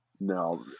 No